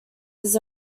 his